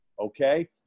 okay